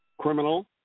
criminal